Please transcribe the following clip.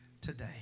today